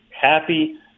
happy